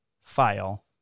file